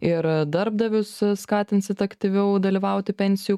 ir darbdavius skatinsit aktyviau dalyvauti pensijų